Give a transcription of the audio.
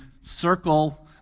circle